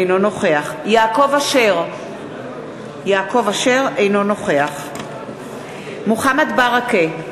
אינו נוכח יעקב אשר, אינו נוכח מוחמד ברכה,